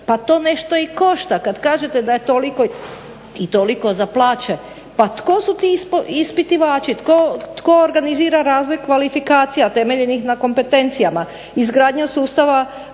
Pa to nešto i košta. Kada kažete da je toliko i toliko za plaće. Pa tko su ti ispitivači, tko organizira razne kvalifikacije, temeljenih na kompetencijama, izgradnja sustava